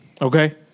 Okay